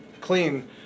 clean